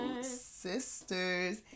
sisters